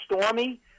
stormy